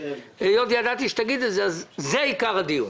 היות וידעתי שתגיד זאת אז זה עיקר הדיון.